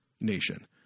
nation